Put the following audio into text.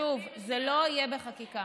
שוב, זה לא יהיה בחקיקה.